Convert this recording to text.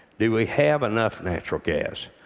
do we have enough natural gas?